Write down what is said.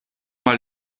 mal